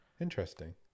Interesting